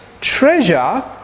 treasure